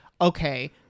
okay